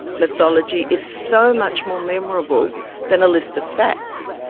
mythology, is so much more memorable than a list of facts.